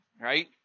right